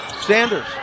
Sanders